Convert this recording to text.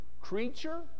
creature